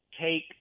take